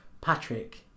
Patrick